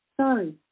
Sorry